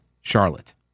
Charlotte